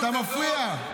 אני רוצה להזכיר לך משהו.